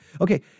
Okay